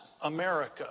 America